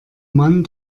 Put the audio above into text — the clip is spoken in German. mann